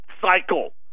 cycle